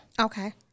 Okay